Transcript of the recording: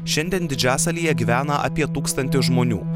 šiandien didžiasalyje gyvena apie tūkstantį žmonių